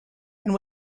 and